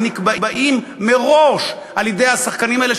הם נקבעים מראש על-ידי השחקנים האלה,